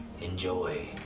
Enjoy